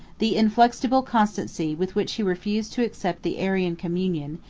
the inflexible constancy with which he refused to accept the arian communion,